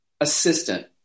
assistant